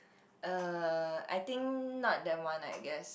uh I think not them one I guess